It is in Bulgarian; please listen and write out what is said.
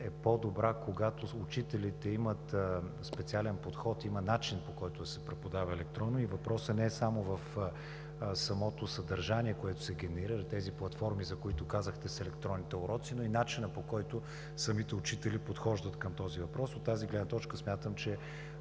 е по-добра, когато учителите имат специален подход, начин, по който да се преподава електронно. И въпросът не е само в самото съдържание, което се генерира – тези платформи, за които казахте, са електронните уроци – но и в начина, по който самите учители подхождат към този въпрос. От тази гледна точка смятам, че